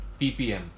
PPM